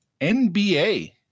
NBA